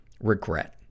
Regret